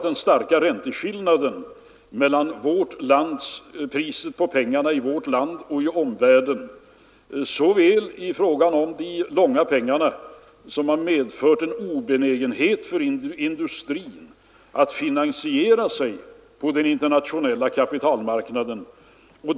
Den stora skillnaden mellan priset på pengar i vårt land och i omvärlden, även i fråga om de långfristiga krediterna, har medfört en obenägenhet hos industrin att finansiera sig på den internationella kapitalmarknaden.